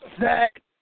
Zach